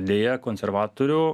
deja konservatorių